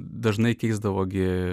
dažnai keisdavo gi